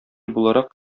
буларак